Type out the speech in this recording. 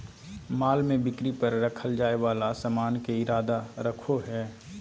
माल में बिक्री पर रखल जाय वाला सामान के इरादा रखो हइ